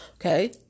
Okay